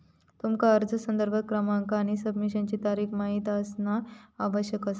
तुमका अर्ज संदर्भ क्रमांक आणि सबमिशनचा तारीख माहित असणा आवश्यक असा